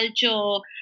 culture